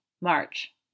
March